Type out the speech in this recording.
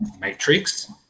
matrix